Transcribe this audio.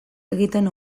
egiten